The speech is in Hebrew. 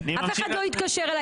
אף אחד לא התקשר אליי.